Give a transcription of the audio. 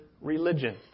religion